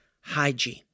hygiene